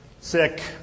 sick